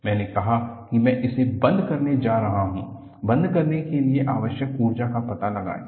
मैंने कहा कि मैं इसे बंद करने जा रहा हूं बंद करने के लिए आवश्यक ऊर्जा का पता लगाएं